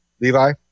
Levi